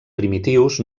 primitius